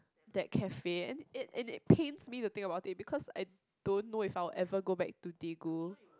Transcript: that cafe and it it it pains me the things about it because I don't know if I would ever go back to Daegu